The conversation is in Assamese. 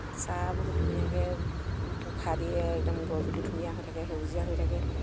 চাহ বহুত ধুনীয়াকৈ পোখা দিয়ে একদম গছবোৰ ধুনীয়া হৈ থাকে সেউজীয়া হৈ থাকে